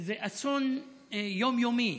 זה אסון יום-יומי,